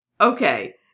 okay